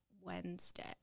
Wednesday